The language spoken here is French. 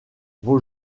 vos